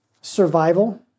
survival